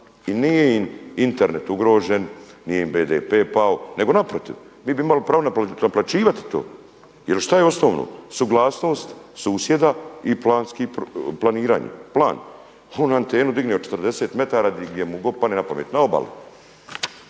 i nije im Internet ugrožen, nije im BDP pao, nego naprotiv mi bi imali pravo naplaćivati to. Jer što je osnovno? Suglasnost susjeda i planski, planiranje, plan. On antenu digne od 40 metara gdje mu god padne na pamet, na obali.